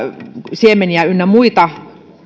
siemeniä ynnä muita